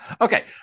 Okay